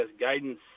guidance